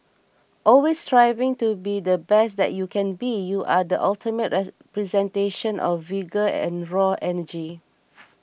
always striving to be the best that you can be you are the ultimate representation of vigour and raw energy